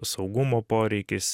saugumo poreikis